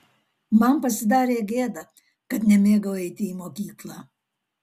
man pasidarė gėda kad nemėgau eiti į mokyklą